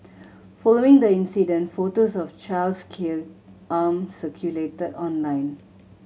following the incident photos of child's scalded arm circulated online